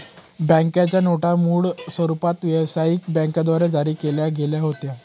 बँकेच्या नोटा मूळ स्वरूपात व्यवसायिक बँकांद्वारे जारी केल्या गेल्या होत्या